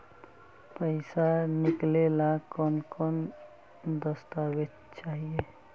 पैसा निकले ला कौन कौन दस्तावेज चाहिए?